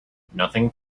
nothing